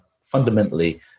fundamentally